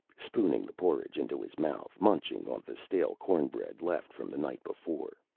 spooning the porridge into his mouth, munching on the stale corn bread left from the night before.